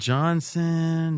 Johnson